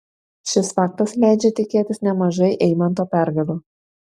šis faktas leidžia tikėtis nemažai eimanto pergalių